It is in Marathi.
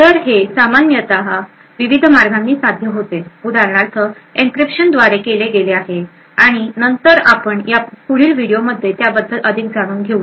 तर हे सामान्यतः विविध मार्गांनी साध्य जाते उदाहरणार्थ एन्क्रिप्शन द्वारे केले गेले आहे आणि नंतर आपण या पुढील व्हिडिओमध्ये त्याबद्दल अधिक जाणून घेऊया